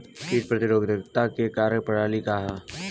कीट प्रतिरोधकता क कार्य प्रणाली का ह?